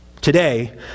Today